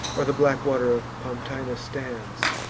or the black water of pomptina stands.